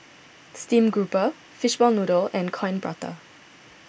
Steamed Grouper Fishball Noodle and Coin Prata